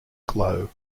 glow